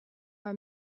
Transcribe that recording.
are